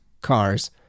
Cars